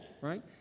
right